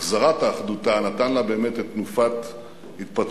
החזרת אחדותה, נתן לה באמת את תנופת התפתחותה.